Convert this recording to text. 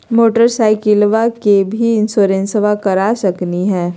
मोटरसाइकिलबा के भी इंसोरेंसबा करा सकलीय है?